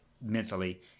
mentally